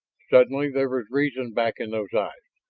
suddenly there was reason back in those eyes,